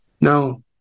No